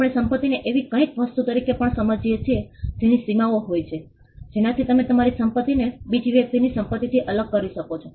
આપણે સંપતિને એવી કંઈક વસ્તુ તરીકે પણ સમજીએ છીએ જેની સીમાઓ હોય છે જેનાથી તમે તમારી સંપતિને બીજા વ્યક્તિની સંપતિથી અલગ કરી શકશો